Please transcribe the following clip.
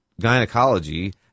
gynecology